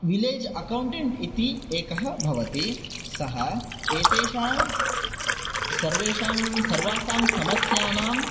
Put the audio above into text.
village accountant इति एकः भवति सः एतेषां सर्वेषां सर्वासां समस्यानां